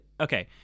Okay